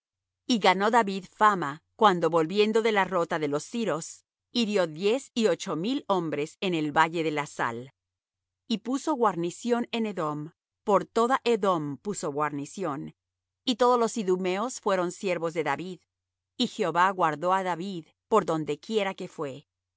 y ganó david fama cuando volviendo de la rota de los siros hirió diez y ocho mil hombres en el valle de la sal y puso guarnición en edom por toda edom puso guarnición y todos los idumeos fueron siervos de david y jehová guardó á david por donde quiera que fué